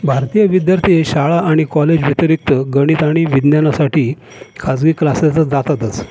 भारतीय विद्यार्थी हे शाळा आणि कॉलेजव्यतिरिक्त गणित आणि विज्ञानासाठी खाजगी क्लासेसला जातातच